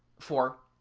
for,